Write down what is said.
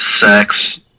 sex